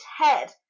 head